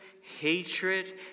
hatred